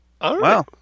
Wow